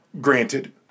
granted